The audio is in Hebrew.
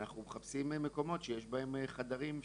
ואנחנו מחפשים מקומות שיש בהם חדרים,